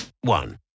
one